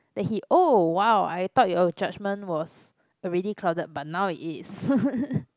then he oh !wow! I thought your judgement was already clouded but now it is